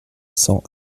cent